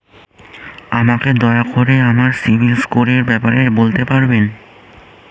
আমাকে দয়া করে আমার সিবিল স্কোরের ব্যাপারে বলতে পারবেন?